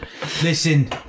Listen